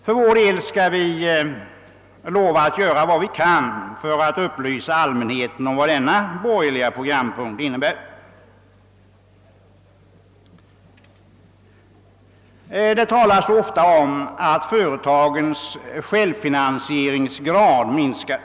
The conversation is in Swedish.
För vår del skall vi lova att göra vad vi kan för att upplysa allmänheten om vad denna borgerliga programpunkt innebär. Det talas så ofta om att företagens självfinansieringsgrad minskar.